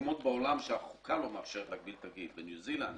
מקומות בעולם שהחוקה לא מאפשרת להגביל את הגיל: בניו זילנד,